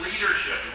leadership